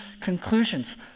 conclusions